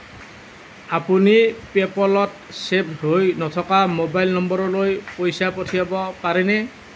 আপুনি পে'পলত ছেভ হৈ নথকা ম'বাইল নম্বৰলৈ পইচা পঠিয়াব পাৰেনে